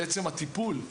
בעצם הטיפול,